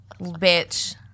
bitch